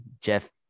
Jeff